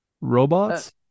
robots